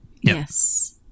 Yes